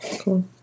Cool